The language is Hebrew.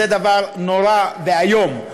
זה דבר נורא ואיום,